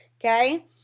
okay